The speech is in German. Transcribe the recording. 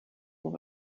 noch